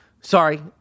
Sorry